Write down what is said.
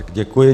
Děkuji.